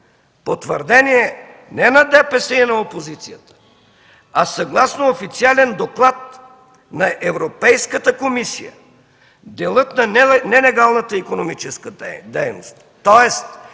По твърдение не на ДПС и на опозицията, а съгласно официален доклад на Европейската комисия, делът на нелегалната икономическа дейност,